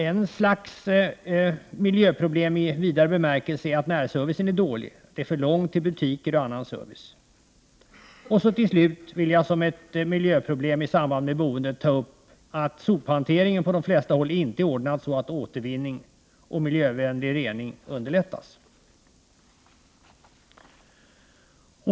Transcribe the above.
Ett slags miljöproblem i vidare bemärkelse är att närservicen är dålig — det är för långt till butiker och annan service. Till slut vill jag som ett miljöproblem i samband med boendet ta upp frågan om sophanteringen, som på de flesta håll inte är ordnad så att återvinning och miljövänlig rening underlättas.